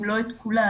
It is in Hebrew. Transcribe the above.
אם לא את כולם,